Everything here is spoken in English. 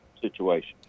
situation